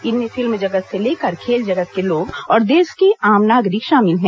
इनमें फिल्म जगत से लेकर खेल जगत के लोग और देश के आम नागरिक शामिल हैं